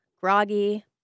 groggy